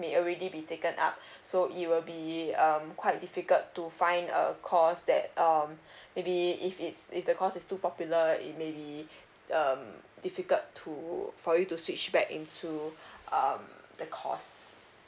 may already be taken up so it will be um quite difficult to find a course that um maybe if it's if the course is too popular it maybe um difficult to for you to switch back into um the course